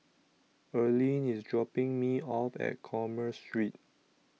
Erlene IS dropping Me off At Commerce Street